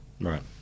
right